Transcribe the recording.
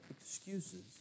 excuses